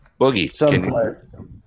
Boogie